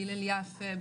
בהלל יפה,